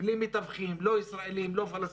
בלי מתווכים, לא ישראלים ולא פלסטינים,